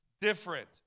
different